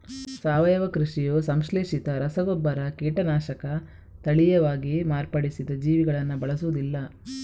ಸಾವಯವ ಕೃಷಿಯು ಸಂಶ್ಲೇಷಿತ ರಸಗೊಬ್ಬರ, ಕೀಟನಾಶಕ, ತಳೀಯವಾಗಿ ಮಾರ್ಪಡಿಸಿದ ಜೀವಿಗಳನ್ನ ಬಳಸುದಿಲ್ಲ